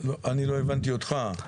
אני לא הבנתי אותך.